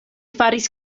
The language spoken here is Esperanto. faris